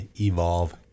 evolve